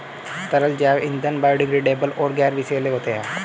तरल जैव ईंधन बायोडिग्रेडेबल और गैर विषैले होते हैं